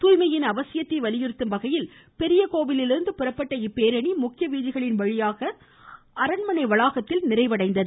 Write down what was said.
தூய்மையின் அவசியத்தை வலியுறுத்தும் வகையில் பெரிய கோவிலிலிருந்து புறப்பட்ட இப்பேரணி முக்கிய வீதிகளின் வழியாக சென்று அரண்மனை வளாகத்தில் நிறைவடைந்தது